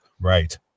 right